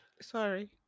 Sorry